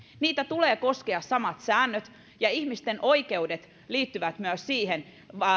niitä tulee koskea samat säännöt ja ihmisten oikeudet liittyvät myös siihen